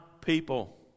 people